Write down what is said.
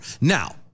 Now